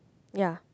ya